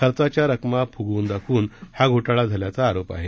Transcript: खर्चाच्या रकमा फुगवून दाखवून हा घोटाळा झाल्याचा आरोप आहे